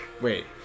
Wait